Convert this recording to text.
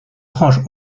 franche